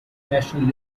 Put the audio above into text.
national